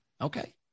Okay